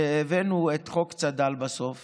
שהבאנו את חוק צד"ל בסוף